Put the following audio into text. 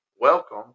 Welcome